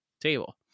table